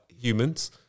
humans